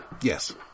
Yes